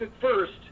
first